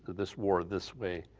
this war this way.